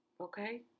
Okay